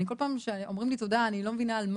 וכל פעם שאומרים לי תודה אני לא מבינה על מה.